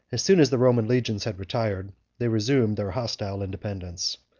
as soon as the roman legions had retired, they resumed their hostile independence.